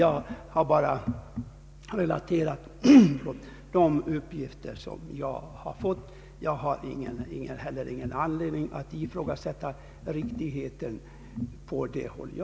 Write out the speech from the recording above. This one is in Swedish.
Jag har bara relaterat de uppgifter som jag har fått, och jag har heller ingen anledning att ifrågasätta riktigheten hos dessa.